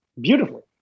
beautifully